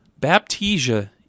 Baptisia